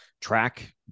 track